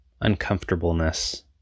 uncomfortableness